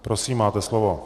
Prosím, máte slovo.